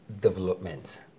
development